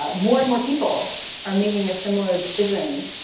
ah more and more people are making a similar decision